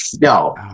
No